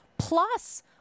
Plus